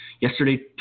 yesterday